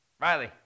Riley